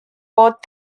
both